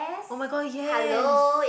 oh-my-god yes